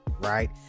right